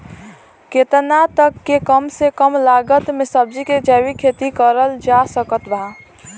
केतना तक के कम से कम लागत मे सब्जी के जैविक खेती करल जा सकत बा?